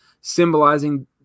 symbolizing